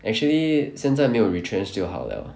actually 现在没有 retrench 就好 liao